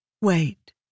Wait